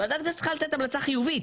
ועדת הכנסת צריכה לתת המלצה חיובית,